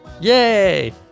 Yay